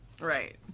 Right